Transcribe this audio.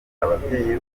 ababyeyi